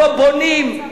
לא בונים,